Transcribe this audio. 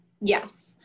yes